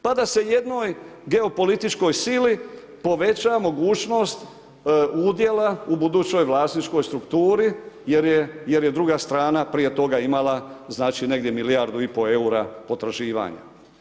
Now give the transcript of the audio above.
Pa da se jednoj geopolitičkoj sili poveća mogućnost udjela u budućoj vlasničkoj strukturi jer je druga strana prije toga imala negdje milijardu i pol eura potraživanja.